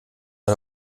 war